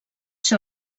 ser